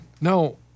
No